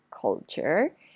culture